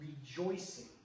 rejoicing